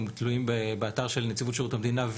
הם תלויים באתר של נציבות שירות המדינה,